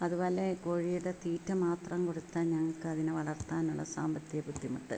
അതു പോലെ കോഴിയുടെ തീറ്റ മാത്രം കൊടുത്താൽ ഞങ്ങൾക്ക് അതിനെ വളർത്താനുള്ള സാമ്പത്തിക ബുദ്ധിമുട്ട്